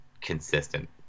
consistent